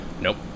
Nope